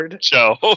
show